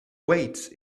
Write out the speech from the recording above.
weights